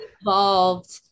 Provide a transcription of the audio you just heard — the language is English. involved